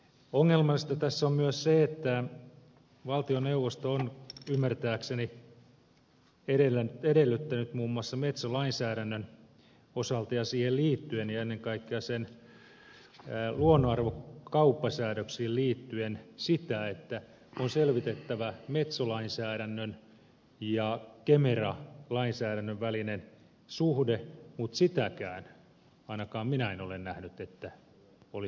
ongelmallista tässä on myös se että valtioneuvosto on ymmärtääkseni edellyttänyt muun muassa metso lainsäädännön osalta ja siihen liittyen ja ennen kaikkea sen luonnonarvokauppasäädöksiin liittyen sitä että on selvitettävä metso lainsäädännön ja kemera lainsäädännön välinen suhde mutta ainakaan minä en ole nähnyt että sitäkään olisi tehty